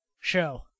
show